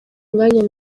mwanya